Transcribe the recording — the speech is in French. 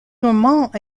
normand